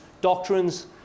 doctrines